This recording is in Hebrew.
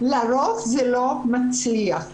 לרוב זה לא מצליח.